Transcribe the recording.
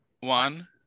one